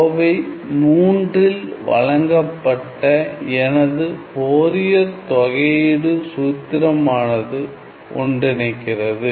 கோவை 3 ல் வழங்கப்பட்ட எனது ஃபோரியர் தொகையீடு சூத்திரமானது ஒன்றிணைக்கிறது